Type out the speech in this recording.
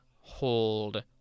hold